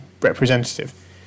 representative